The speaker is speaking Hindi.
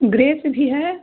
ग्रेप्स भी है